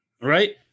Right